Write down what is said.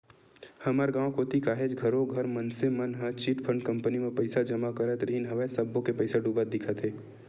हमर गाँव कोती काहेच घरों घर मनसे मन ह चिटफंड कंपनी मन म पइसा जमा करत रिहिन हवय सब्बो के पइसा डूबत दिखत हे